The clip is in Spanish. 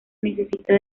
necesita